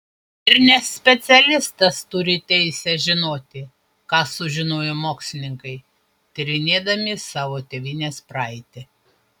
ir nespecialistas turi teisę žinoti ką sužinojo mokslininkai tyrinėdami savo tėvynės praeitį